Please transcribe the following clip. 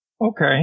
Okay